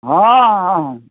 ହଁ ହଁ